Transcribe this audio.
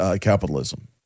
capitalism